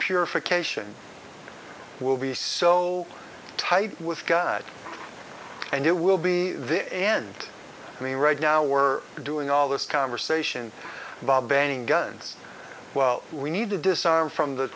purification will be so tight with god and it will be there and i mean right now we're doing all this conversation about banning guns well we need to disarm from the